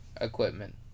equipment